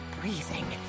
breathing